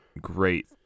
great